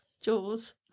Jaws